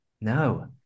no